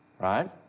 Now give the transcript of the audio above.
right